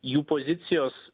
jų pozicijos